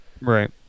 Right